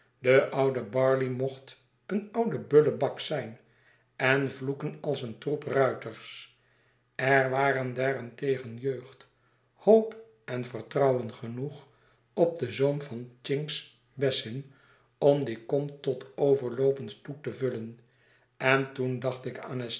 de oude barley mocht een oude bullebak zijn en vloeken als een troep ruiters er waren daarentegen jeugd hoop en vertrouwen genoeg op den zoom van chinks basin om die kom tot overloopens toe te vullen en toen dacht ik aan estella